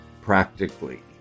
practically